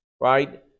Right